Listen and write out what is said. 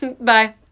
Bye